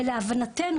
ולהבנתנו,